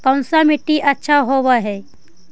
कोन सा मिट्टी अच्छा होबहय?